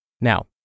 Now